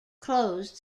closed